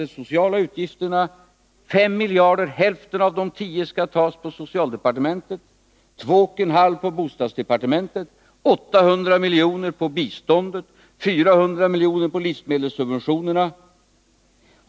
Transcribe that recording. De vill ta 5 miljarder, nästan hälften av de 12, på socialdepartementets område, 2,5 miljarder från bostadsdepartementet, 800 miljoner från biståndet och 400 miljoner från livsmedelssubventionerna.